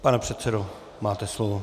Pane předsedo, máte slovo.